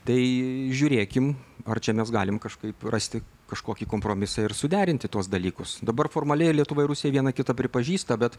tai žiūrėkim ar čia mes galim kažkaip rasti kažkokį kompromisą ir suderinti tuos dalykus dabar formaliai ir lietuva ir rusijai viena kitą pripažįsta bet